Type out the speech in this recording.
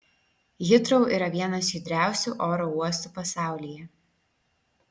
hitrou yra vienas judriausių oro uostų pasaulyje